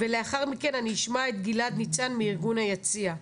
לאחר מכן אני אשמע את גלעד ניצן מארגון "היציע".